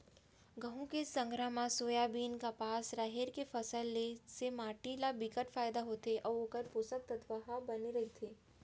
गहूँ के संघरा म सोयाबीन, कपसा, राहेर के फसल ले से माटी ल बिकट फायदा होथे अउ ओखर पोसक तत्व ह बने रहिथे